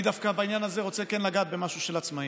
אני דווקא בעניין הזה כן רוצה לגעת במשהו של עצמאים.